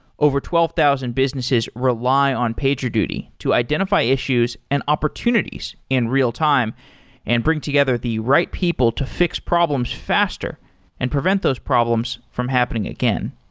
over twelve thousand businesses rely on pagerduty to identify issues and opportunities in real time and bring together the right people to fix problems faster and prevent those problems from happening again.